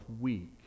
weak